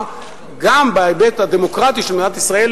גם בהיבט הדמוקרטי של מדינת ישראל,